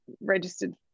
registered